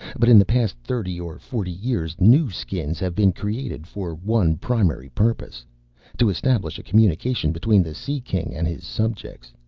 but in the past thirty or forty years new skins have been created for one primary purpose to establish a communication between the sea-king and his subjects.